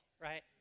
right